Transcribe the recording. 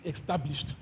established